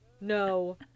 no